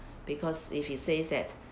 because if he says that